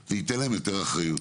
זה ייתן להם יותר אחריות.